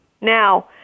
Now